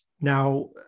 now